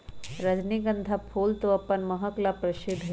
रजनीगंधा फूल तो अपन महक ला प्रसिद्ध हई